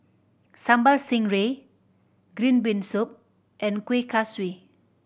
Sambal Stingray green bean soup and Kuih Kaswi